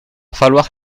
falloir